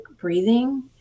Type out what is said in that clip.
breathing